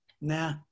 Nah